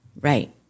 Right